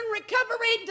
recovery